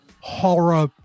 horror